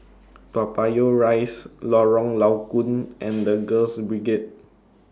Toa Payoh Rise Lorong Low Koon and The Girls Brigade